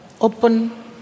open